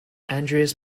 andreas